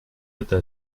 это